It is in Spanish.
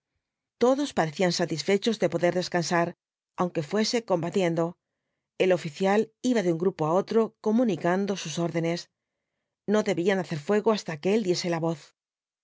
todos parecían satisfechos de poder descansar aunque fuese combatiendo el oficial iba de un grupo á otro comunicando sus órdenes no debían hacer fuego hasta que él diese la voz